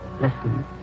Listen